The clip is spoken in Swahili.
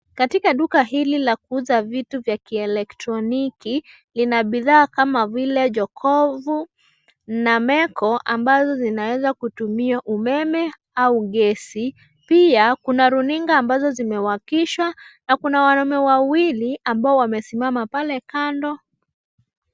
Katika duka hili la kuuza vitu vya kielektroniki lina bidhaa kama vile jokovu na meko ambazo zinaweza kutumia umeme au gesi. Pia kuna runinga ambazo zimewakishwa na kuna wanaume wawili ambao wamesimama pale kando.